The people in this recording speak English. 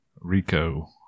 Rico